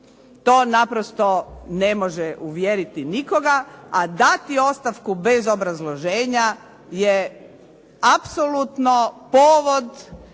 To naprosto ne može uvjeriti nikoga, a dati ostavku bez obrazloženja je apsolutno povod